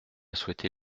souhaité